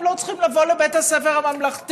הם לא צריכים לבוא לבית הספר הממלכתי.